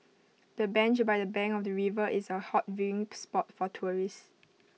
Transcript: the bench by the bank of the river is A hot viewing spot for tourists